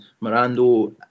Mirando